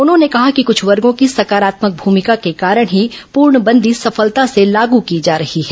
उन्होंने कहा कि कुछ वर्गो की सकारात्मक भूमिका के कारण ही पूर्णबंदी सफलता से लागू की जा रही है